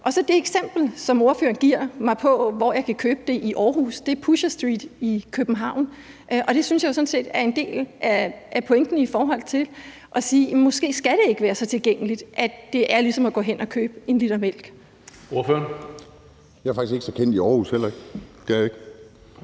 det eksempel, som ordføreren giver mig på, hvor jeg kan købe det i Aarhus, er så Pusher Street i København. Det synes jeg sådan set er en del af pointen i forhold til at sige: Måske skal det ikke være så tilgængeligt, at det er ligesom at gå hen og købe 1 l mælk. Kl. 19:06 Tredje næstformand (Karsten Hønge): Ordføreren.